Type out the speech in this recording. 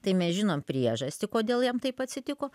tai mes žinom priežastį kodėl jam taip atsitiko